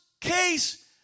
case